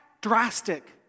drastic